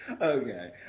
Okay